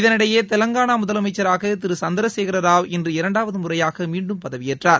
இதனிடையே தெலங்காளா முதலமைச்சராக திரு சந்திரசேகர ராவ் இன்று இரண்டாவது முறையாக மீண்டும் பதவியேற்றார்